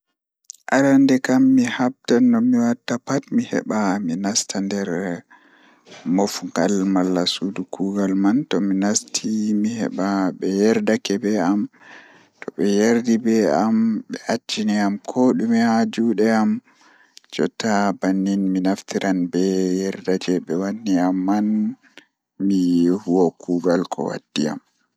Arande kam mi habdan mi wada no mi wadata pat mi nasta nder mofngal kuugal man, Tomi nasti mi heɓa ɓe yerdake be am yoɓe yerdi be am ɓe accini am ko dume haa juɗe am jotta mi naftiran be yerda jei ɓe wanni am mi huwa kuugal ko waddi am